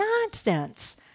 nonsense